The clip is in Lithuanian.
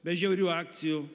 be žiaurių akcijų